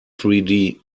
three